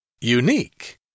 Unique